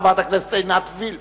חברת הכנסת עינת וילף,